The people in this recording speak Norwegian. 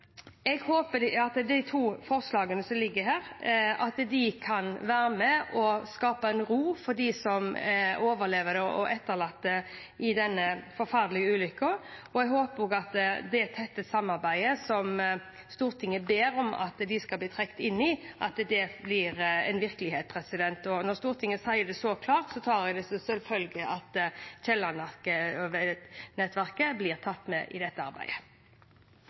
Jeg håper at de to forslagene som foreligger, kan være med og skape ro for overlevende og etterlatte etter denne forferdelige ulykken, og jeg håper at det tette samarbeidet som Stortinget ber om at de skal bli trukket inn i, blir en virkelighet. Når Stortinget sier det så klart, tar jeg det som en selvfølge at Kielland-nettverket blir tatt med i dette arbeidet.